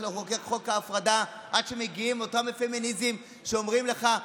חולה לא בוחר מרצון ללכת לבית החולים,